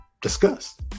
discussed